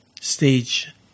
stage